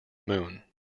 moon